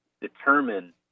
determine